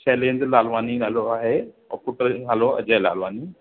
शैलेन्द्र लालवानी नालो आहे और पुट जो नालो अजय लालवानी